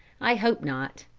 i hope not.